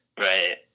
Right